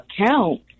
account